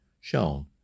shown